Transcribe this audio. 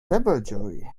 savagery